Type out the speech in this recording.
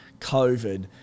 COVID